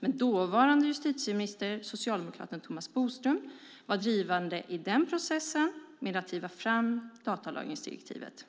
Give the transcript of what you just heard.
med dåvarande justitieministern, socialdemokraten Thomas Bodström, var drivande i processen med att ta fram datalagringsdirektivet.